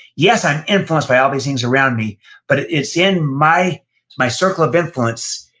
yes, i'm influenced by all these things around me but it's in my my circle of influence,